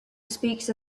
speaks